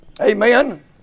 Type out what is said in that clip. Amen